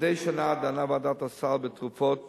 מדי שנה דנה ועדת הסל בתרופות